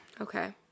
Okay